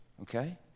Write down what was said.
okay